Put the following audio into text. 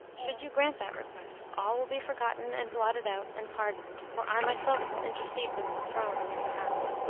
should you grant that request, all will be forgotten and blotted out and pardoned, for i myself will intercede with the throne on your behalf.